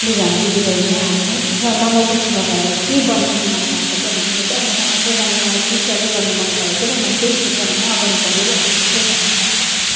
दुईजना दिदीबैनीहरू हो हामीहरू र मलाई चाहिँ ठुलो भएर के बनिनु मनलागेको थियो भन्दाखेरि चाहिँ अहिले मलाई चाहिँ बन्नु टिचरै गर्नु मनपरेको थियो म त्यही क्षेत्रमा नै अगाडि बढिरहेको छु धन्यवाद